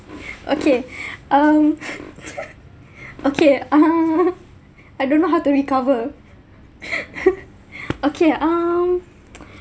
okay um okay uh I don't know how to recover okay um